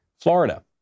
Florida